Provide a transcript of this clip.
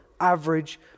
average